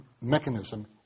mechanism